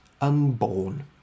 unborn